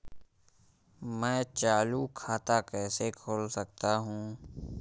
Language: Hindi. मैं चालू खाता कैसे खोल सकता हूँ?